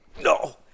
No